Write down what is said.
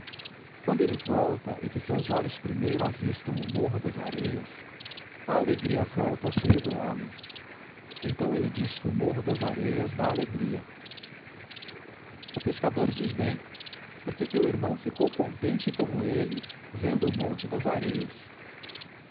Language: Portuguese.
quando ele volta e que seus olhos primeiro avistam o morro das areias a alegria volta ao seio do homem então ele diz que o morro das areias dá alegria o pescador diz bem porque teu irmão ficou contente como ele vendo o monte das areias